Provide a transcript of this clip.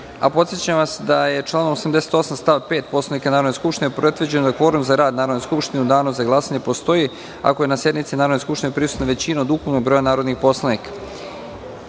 poslanik. Podsećam vas da je članom 88. stav 5. Poslovnika Narodne skupštine predviđeno da kvorum za rad Narodne skupštine u Danu za glasanje postoji ako je na sednici Narodne skupštine prisutna većina od ukupnog broja narodnih poslanika. Radi